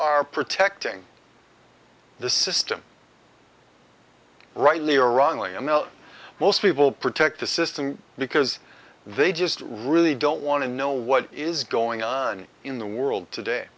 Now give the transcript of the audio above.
are protecting the system rightly or wrongly i know most people protect the system because they just really don't want to know what is going on in the world today